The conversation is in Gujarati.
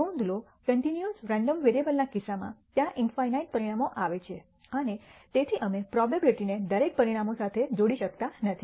નોંધ લો કન્ટિન્યૂઅસ રેન્ડમ વેરીએબલ ના કિસ્સામાં ત્યાં ∞ પરિણામો આવે છે અને તેથી અમે પ્રોબેબીલીટીને દરેક પરિણામો સાથે જોડી શકતા નથી